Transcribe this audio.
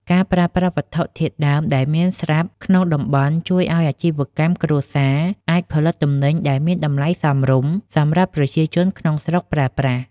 ការប្រើប្រាស់វត្ថុធាតុដើមដែលមានស្រាប់ក្នុងតំបន់ ជួយឱ្យអាជីវកម្មគ្រួសារអាចផលិតទំនិញដែលមានតម្លៃសមរម្យសម្រាប់ប្រជាជនក្នុងស្រុកប្រើប្រាស់។